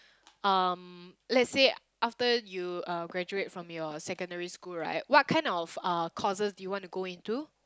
um let's say after you uh graduate from your secondary school right what kind of uh courses do you want to go into